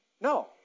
No